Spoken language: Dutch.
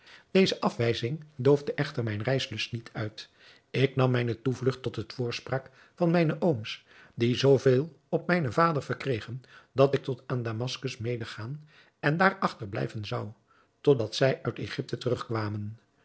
deze afwijzing doofde echter mijn reislust niet uit ik nam mijne toevlugt tot de voorspraak van mijne ooms die zoo veel op mijnen vader verkregen dat ik tot aan damaskus mede gaan en daar achterblijven zou totdat zij uit egypte terugkwamen